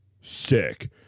sick